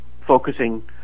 focusing